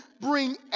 bring